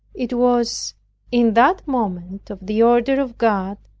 it was in that moment of the order of god,